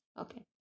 okay